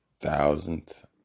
thousandth